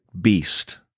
beast